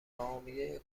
ناامیدی